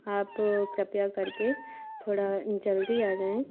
आप कृपया करके थोड़ा जल्दी आ जाएँ